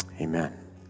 Amen